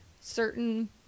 certain